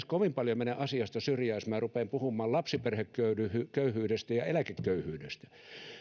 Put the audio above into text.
kovin paljon mene asiasta syrjään jos rupean puhumaan lapsiperheköyhyydestä ja eläkeköyhyydestä